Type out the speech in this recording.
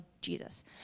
Jesus